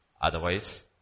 Otherwise